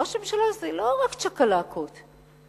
ראש הממשלה זה לא רק צ'קלקות וכיבודים,